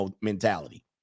mentality